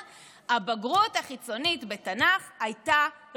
הבגרות החיצונית בתנ"ך הייתה רשות.